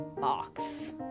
box